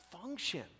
function